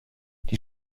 die